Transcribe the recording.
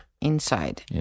inside